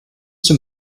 zum